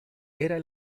era